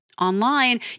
online